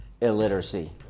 illiteracy